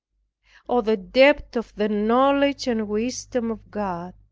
oh, the depth of the knowledge and wisdom of god!